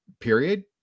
period